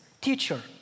teacher